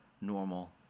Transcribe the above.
normal